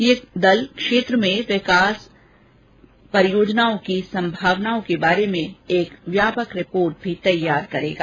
यह दल क्षेत्रों में सामाजिक आर्थिक विकास परियोजनाओं की संभावनाओं के बारे में एक व्यापक रिपोर्ट भी तैयार करेगा